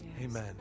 Amen